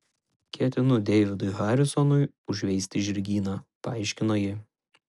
ketinu deividui harisonui užveisti žirgyną paaiškino ji